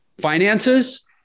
finances